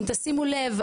אם תשימו לב,